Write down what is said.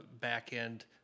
back-end